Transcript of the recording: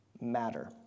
matter